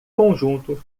conjunto